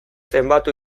zenbatu